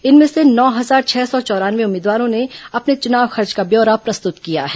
इनमें से नौ हजार छह सौ चौरानवे उम्मीदवारों ने अपने चुनाव खर्च का ब्यौरा प्रस्तुत किया है